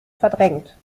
verdrängt